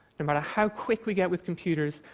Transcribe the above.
and but how quick we get with computers,